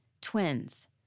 twins